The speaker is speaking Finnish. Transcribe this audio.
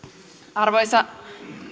arvoisa